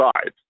sides